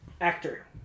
Actor